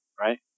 right